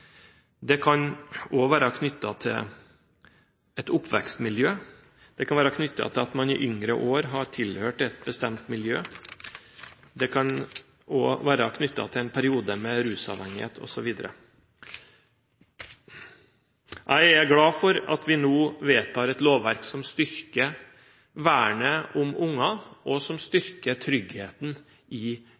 Det kan være knyttet til et oppvekstmiljø. Det kan være knyttet til at man i yngre år har tilhørt et bestemt miljø. Det kan også være knyttet til en periode med rusavhengighet osv. Jeg er glad for at vi nå vedtar et lovverk som styrker vernet om unger, som styrker tryggheten i